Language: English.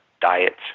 diets